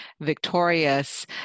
victorious